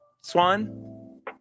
Swan